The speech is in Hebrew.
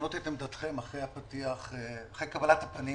לשנות את עמדתכם אחרי קבלת הפנים